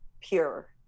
pure